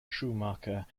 schumacher